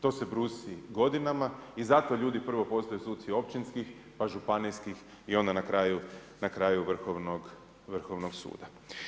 To se brusi godinama i zato ljudi prvo postaju suci općinskih pa županijskih i onda na kraju, na kraju Vrhovnog suda.